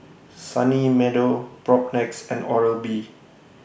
Sunny Meadow Propnex and Oral B